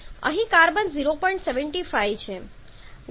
અને અહીં કાર્બન 0